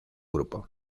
grupo